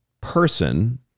person